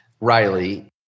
Riley